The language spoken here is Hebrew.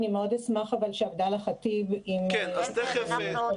אשמח שעבדאללה ח'טיב --- עבדאללה,